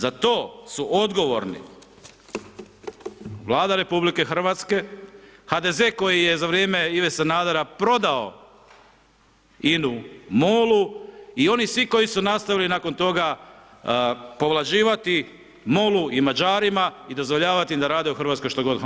Za to su odgovorni Vlada RH, HDZ koji je za vrijeme Ive Sanadera prodao INA-u MOL-u i oni svi koji su nastavili nakon toga povlađivati MOL-u i Mađarima i dozvoljavati im da rade u Hrvatskoj što god oni hoće.